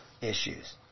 issues